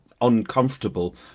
uncomfortable